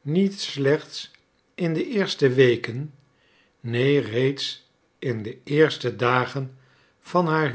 niet slechts in de eerste weken neen reeds in de eerste dagen van haar